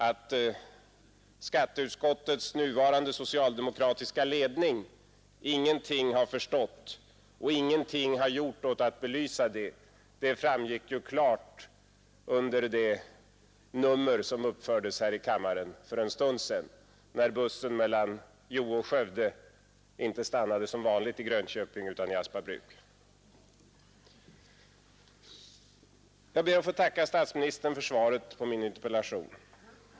Att skatteutskottets nuvarande socialdemokratiska ledning ingenting har förstått och ingenting har gjort för att belysa det, framgick ju klart under det nummer som uppfördes här i kammaren för en stund sedan, när bussen mellan Hjo och Skövde inte stannade som vanligt i Grönköping utan i Aspabruk. Jag ber att få tacka statsministern för svaret på min interpellation.